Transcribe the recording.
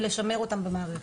ולשמר אותם במערכת.